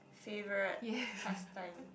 favourite pastime